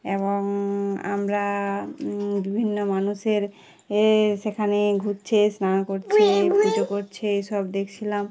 এবং আমরা বিভিন্ন মানুষের এ সেখানে ঘুুরছে স্নান করছে পুজো করছে এইসব দেখছিলাম